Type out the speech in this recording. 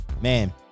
man